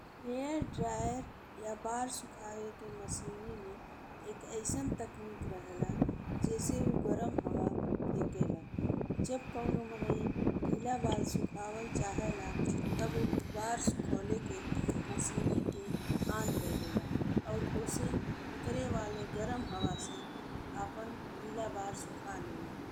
Hair dryer या बार सुखावले के मसीनी में एक अइसन तकनीक रहेला जिसे उ गरम हवा फेकला। जब कउनो मनई गीला बाल सुखावल चाहेला तब उ बार सुखावले के मसीनी के ऑन कइ देला और ओसे निकरे वाले गरम हवा से आपन गीला बार सुखा लेला।